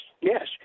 yes